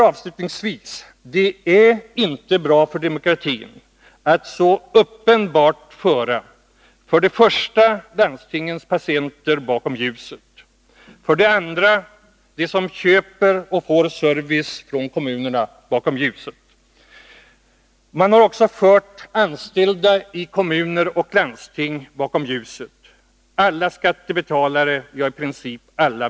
Avslutningsvis vill jag därför framhålla att det inte är bra för demokratin att så uppenbart föra bakom ljuset för det första landstingets patienter och för det andra dem som köper och får service av kommunerna. Man har också fört de anställda inom kommuner och landsting bakom ljuset liksom även alla skattebetalare och i princip alla väljare.